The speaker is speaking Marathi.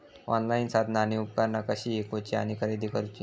ऑनलाईन साधना आणि उपकरणा कशी ईकूची आणि खरेदी करुची?